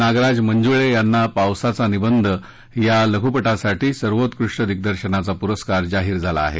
नागराज मंजुळे यांना पावसाचा निबंध या लघुपटासाठी सर्वोत्कृष्ट दिग्दर्शकाचा पुरस्कार जाहीर झाला आहे